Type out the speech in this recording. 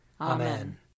Amen